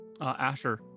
Asher